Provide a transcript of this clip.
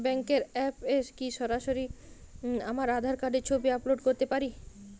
ব্যাংকের অ্যাপ এ কি সরাসরি আমার আঁধার কার্ডের ছবি আপলোড করতে পারি?